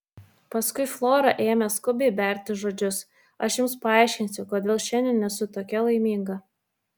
paskui flora ėmė skubiai berti žodžius aš jums paaiškinsiu kodėl šiandien esu tokia laiminga